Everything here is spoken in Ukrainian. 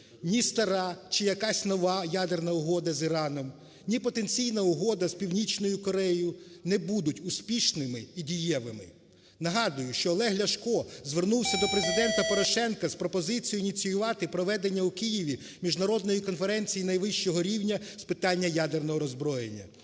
ні стара чи якась нова ядерна угода з Іраном, ні потенційна угода з Північною Кореєю не будуть успішними і дієвими. Нагадую, що Олег Ляшко звернувся до Президента Порошенка з пропозицією ініціювати проведення у Києві Міжнародної конференції найвищого рівня з питання ядерного роззброєння.